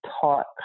taught